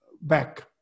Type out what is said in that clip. back